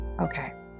Okay